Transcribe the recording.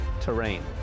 terrain